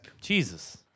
Jesus